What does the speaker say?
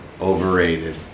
overrated